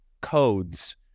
codes